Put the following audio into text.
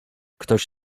ktoś